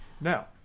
Now